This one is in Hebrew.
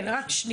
כן, רק שנייה.